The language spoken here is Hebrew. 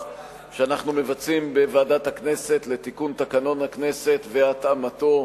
שאנחנו מבצעים בוועדת הכנסת לתיקון תקנון הכנסת והתאמתו